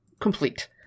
complete